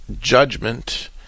judgment